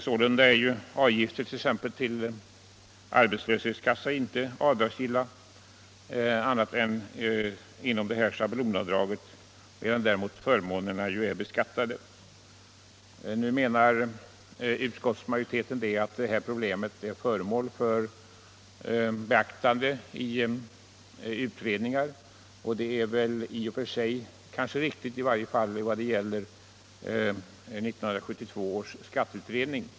Sålunda är avgifter t.ex. till arbetslöshetskassa inte avdragsgilla annat än inom det här schablonavdraget, medan däremot förmånerna är beskattade. Nu menar utskottsmajoriteten att detta problem är under beaktande i utredningar. Det är väl i och för sig riktigt i varje fall beträffande 1972 års skatteutredning.